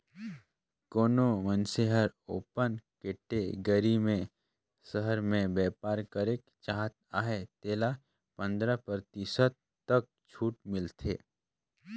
कोनो मइनसे हर ओपन कटेगरी में सहर में बयपार करेक चाहत अहे तेला पंदरा परतिसत तक छूट मिलथे